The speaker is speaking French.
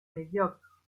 médiocre